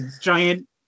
giant